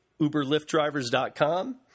UberLiftDrivers.com